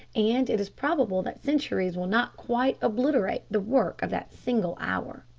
and it is probable that centuries will not quite obliterate the work of that single hour.